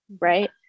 right